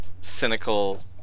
Cynical